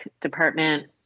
department